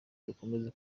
dukomeza